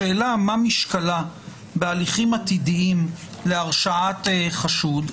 השאלה מה משקלה בהליכים עתידים להרשאת חשוד,